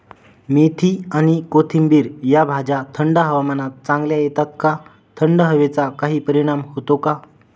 मेथी आणि कोथिंबिर या भाज्या थंड हवामानात चांगल्या येतात का? थंड हवेचा काही परिणाम होतो का?